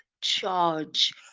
charge